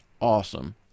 Awesome